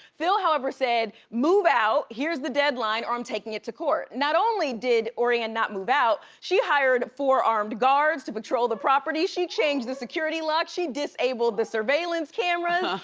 phil, however said, move out. here's the deadline or i'm taking it to court. not only did orianne not move out, she hired a four armed guards to patrol the property, she changed the security locks, she disabled the surveillance cameras.